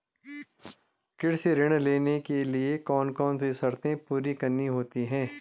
कृषि ऋण लेने के लिए कौन कौन सी शर्तें पूरी करनी होती हैं?